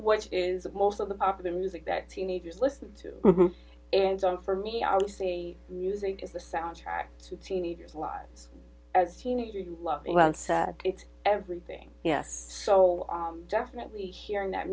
which is of most of the popular music that teenagers listen to and so for me i was the music is the soundtrack to teenagers lives as teenagers who love it's everything yes so definitely hearing that